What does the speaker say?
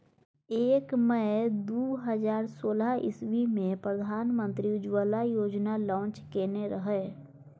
एक मइ दु हजार सोलह इस्बी मे प्रधानमंत्री उज्जवला योजना लांच केने रहय